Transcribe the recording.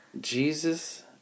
Jesus